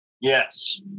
yes